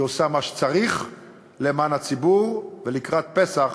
היא עושה מה שצריך למען הציבור, ולקראת פסח